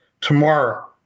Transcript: tomorrow